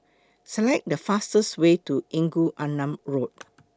Select The fastest Way to Engku Aman Road